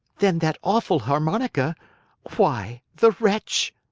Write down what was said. then that awful harmonica why, the wretch!